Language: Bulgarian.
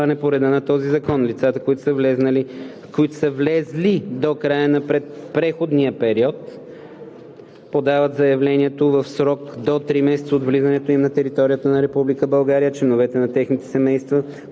по реда на този закон. Лицата, които са влезли до края на преходния период, подават заявлението в срок до три месеца от влизането им на територията на Република България, а членовете на техните семейства,